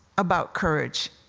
about courage,